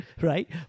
right